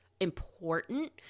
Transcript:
important